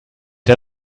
der